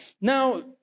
Now